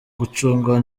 gucunga